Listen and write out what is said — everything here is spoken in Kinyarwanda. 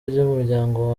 n’umuryango